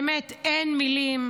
באמת, אין מילים,